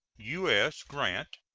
u s. grant,